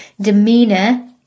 Demeanor